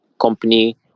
company